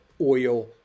oil